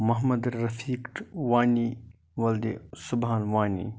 محمد رفیٖق وانی وَلدِ سُبحان وانی